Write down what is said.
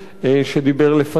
שדיבר לפני,